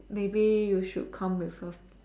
maybe you should come with her